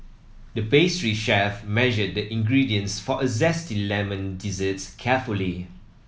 the pastry chef measured the ingredients for a zesty lemon dessert carefully